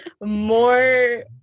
more